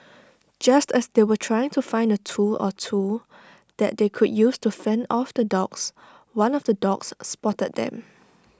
just as they were trying to find A tool or two that they could use to fend off the dogs one of the dogs spotted them